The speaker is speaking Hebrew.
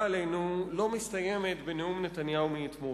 עלינו לא מסתיימת בנאום נתניהו מאתמול,